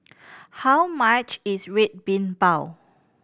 how much is Red Bean Bao